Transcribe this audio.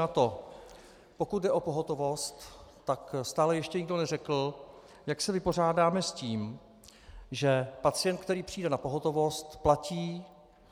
A to pokud jde o pohotovost, tak stále ještě nikdo neřekl, jak se vypořádáme s tím, že pacient, který přijde na pohotovost, platí